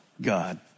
God